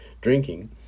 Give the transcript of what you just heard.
drinking